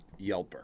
Yelper